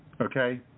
okay